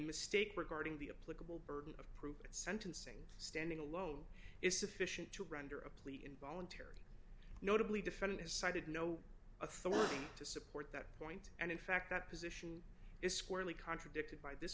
mistake regarding the a political burden of proof at sentencing standing alone is sufficient to render a plea involuntary notably defendant has cited no authority to support that point and in fact that position is squarely contradicted by this